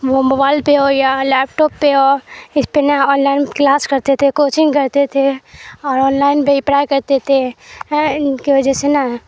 وہ موبائل پہ ہو یا لیپ ٹاپ پہ ہو اس پہ نہ آن لائن کلاس کرتے تھے کوچنگ کرتے تھے اور آن لائن پہ ہی پڑھائی کرتے تھے ہے ان کی وجہ سے نا